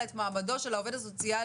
אלא את מעמדו של העובד הסוציאלי,